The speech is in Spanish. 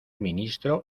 ministro